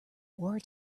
war